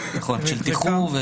של תיחור,